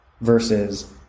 versus